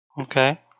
Okay